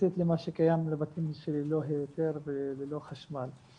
יחסית למה שקיים בבתים שללא היתר וללא חשמל.